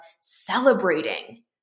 celebrating